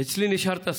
אצלי נשארת שר.